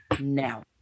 now